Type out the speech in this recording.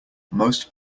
most